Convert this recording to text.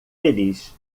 feliz